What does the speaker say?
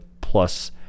plus